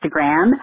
Instagram